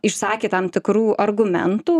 išsakė tam tikrų argumentų